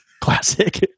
Classic